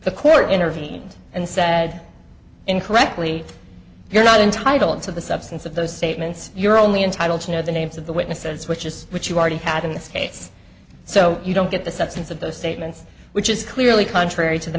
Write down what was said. the court intervened and said incorrectly you're not entitled to the substance of those statements you're only entitle to know the names of the witnesses which is which you already have in this case so you don't get the substance of those statements which is clearly contrary to the